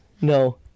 No